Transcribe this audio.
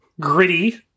Gritty